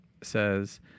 says